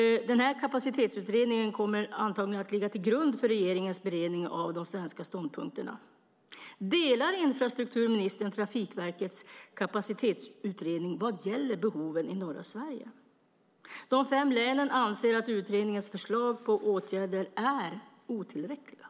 Den här kapacitetsutredningen kommer antagligen att ligga till grund för regeringens beredning av de svenska ståndpunkterna. Delar infrastrukturministern Trafikverkets uppfattning i kapacitetsutredningen vad gäller behoven i norra Sverige? De fem länen anser att utredningens förslag på åtgärder är otillräckliga.